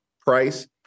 price